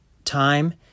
time